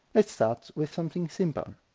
let's start with something simple.